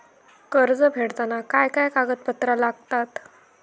कर्ज फेडताना काय काय कागदपत्रा लागतात?